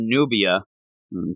Nubia